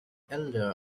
elder